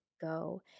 go